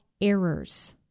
errors